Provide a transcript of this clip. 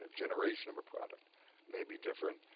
ah generation of a product may be different.